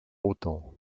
autant